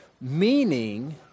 Meaning